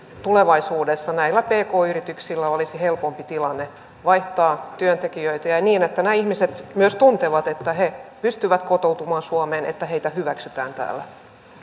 tulevaisuudessa näillä pk yrityksillä olisi helpompi tilanne vaihtaa työntekijöitä ja ja jotta nämä ihmiset myös tuntevat että he pystyvät kotoutumaan suomeen ja että heidät hyväksytään täällä